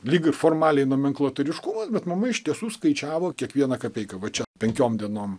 lyg ir formaliai nomenklatūriškai bet mama iš tiesų skaičiavo kiekvieną kapeiką va čia penkiom dienom